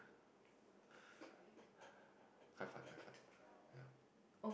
quite fun quite fun ya